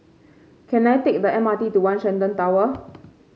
can I take the M R T to One Shenton Tower